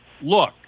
look